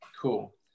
cool